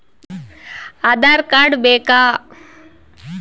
Aadhaar card ಬೇಕಾ?